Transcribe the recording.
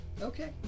Okay